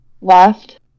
left